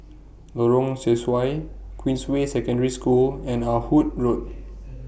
Lorong Sesuai Queensway Secondary School and Ah Hood Road